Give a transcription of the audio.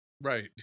right